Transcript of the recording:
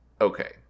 Okay